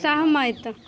सहमति